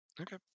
Okay